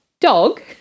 dog